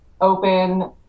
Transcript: open